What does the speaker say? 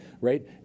right